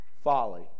Folly